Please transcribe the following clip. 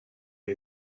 این